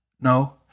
No